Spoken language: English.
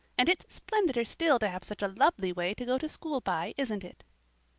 and it's splendider still to have such a lovely way to go to school by, isn't it?